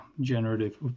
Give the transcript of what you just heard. generative